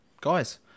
guys